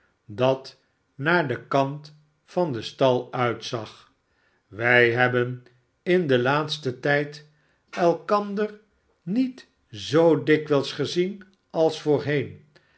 dat naar den kant van den stal uitzag wij hebben in den laatsten tijd elkander niet zoo dikwijls gezien als voorheen